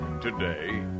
today